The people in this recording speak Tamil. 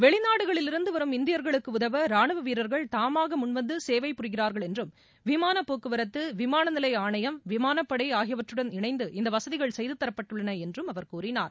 வெளிநாடுகளில் இருந்து வரும் இந்தியா்களுக்கு உதவ ரானுவ வீரா்கள் தாமாக முன்வந்து சேவைபுரிகிறார்கள் என்றும் விமான போக்குவரத்து விமான நிவைய ஆணையம் விமானப்படை ஆகியவற்றுடன் இணைந்து இந்த வசதிகள் செய்து தரப்பட்டுள்ள என்றும் அவர்கூறினார்